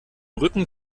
rücken